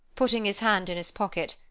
putting his hand in his pocket,